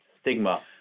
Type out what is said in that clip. stigma